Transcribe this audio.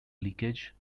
leakage